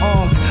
Off